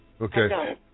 Okay